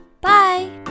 Bye